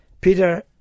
Peter